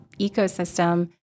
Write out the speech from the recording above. ecosystem